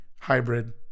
hybrid